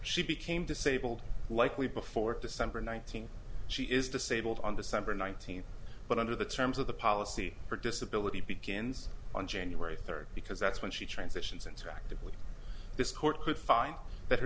she became disabled like we before december nineteenth she is disabled on december nineteenth but under the terms of the policy her disability begins on january third because that's when she transitions interactively this court could find